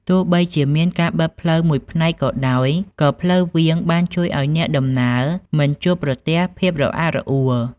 ទោះបីជាមានការបិទផ្លូវមួយផ្នែកក៏ដោយ ក៏ផ្លូវវាងបានជួយឱ្យអ្នកដំណើរមិនជួបប្រទះភាពរអាក់រអួល។